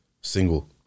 single